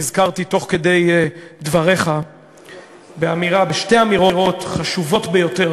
נזכרתי תוך כדי דבריך בשתי אמירות חשובות ביותר